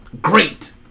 Great